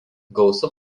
gausu